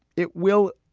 it will.